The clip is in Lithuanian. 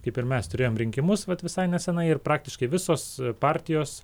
kaip ir mes turėjom rinkimus vat visai nesenai ir praktiškai visos partijos